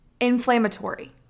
Inflammatory